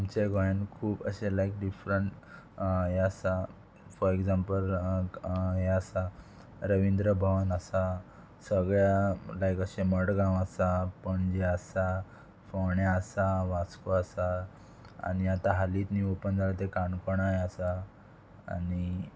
आमच्या गोंयान खूब अशें लायक डिफरंट हें आसा फॉर एग्जाम्पल हें आसा रविंद्र भवन आसा सगळ्या लायक अशें मडगांव आसा पणजे आसा फोण्या आसा वास्को आसा आनी आतां हालींच न्ही ओपन जाल्या तें काणकोणाय आसा आनी